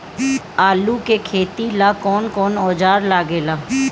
आलू के खेती ला कौन कौन औजार लागे ला?